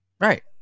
Right